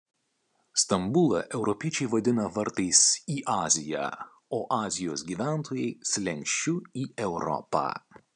stambulą europiečiai vadina vartais į aziją o azijos gyventojai slenksčiu į europą